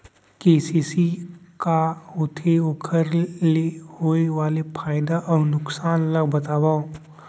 KCC का होथे, ओखर ले होय वाले फायदा अऊ नुकसान ला बतावव?